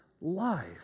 life